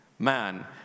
man